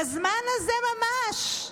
בזמן הזה ממש,